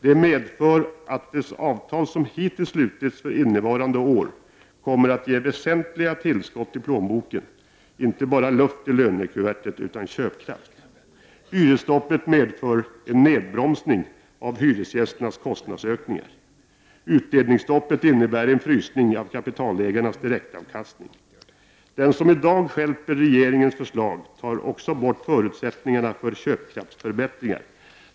Det medför att de avtal som hittills slutits för innevarande år kommer att ge väsentliga tillskott i plånboken; inte bara luft i lönekuvertet utan köpkraft. Hyresstoppet medför en nedbromsning av hyresgästernas kostnadsök Utdelningsstoppet innebär en frysning av kapitalägarnas direktavkastning. Den som i dag stjälper regeringens förslag tar också bort förutsättningarna för köpkraftsförbättringar.